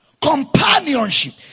companionship